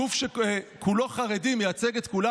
גוף שכולו חרדים מייצג את כולם?